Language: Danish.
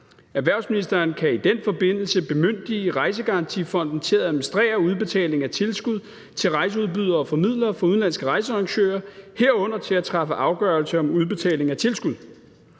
Erhvervsministeren kan i den forbindelse bemyndige Rejsegarantifonden til at administrere udbetaling af tilskud til rejseudbydere og formidlere for udenlandske rejsearrangører, herunder til at træffe afgørelse om udbetaling af tilskud.